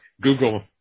Google